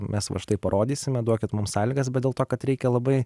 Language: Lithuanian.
mes va štai parodysime duokit mums sąlygas bet dėl to kad reikia labai